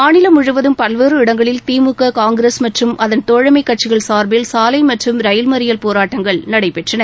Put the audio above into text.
மாநிலம் முழுவதும் பல்வேறு இடங்களில் திமுக காங்கிரஸ் மற்றும் அகன் தோழமை கட்சிகள் சார்பில் சாலை மற்றும் ரயில் மறியல் போராட்டங்கள் நடைபெற்றன